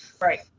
Right